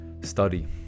study